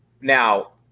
Now